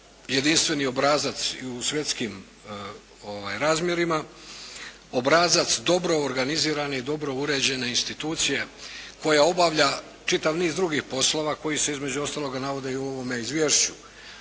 jedinstveni obrazac i u svjetskim razmjerima, obrazac dobro organizirane i dobro uređene institucije koja obavlja čitav niz drugih poslova, koji se između ostaloga navode i u ovome izvješću.